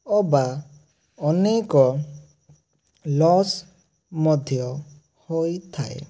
ଅବା ଅନେକ ଲସ୍ ମଧ୍ୟ ହୋଇଥାଏ